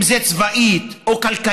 אם זה צבאית או כלכלית,